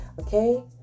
Okay